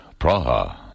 Praha